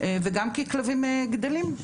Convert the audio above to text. וגם כי כלבים גדלים.